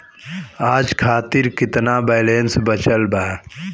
आज खातिर केतना बैलैंस बचल बा?